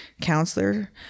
counselor